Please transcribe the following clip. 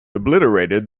obliterated